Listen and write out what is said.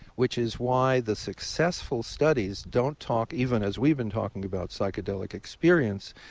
which is why the successful studies don't talk even as we've been talking about psychedelic experience.